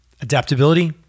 Adaptability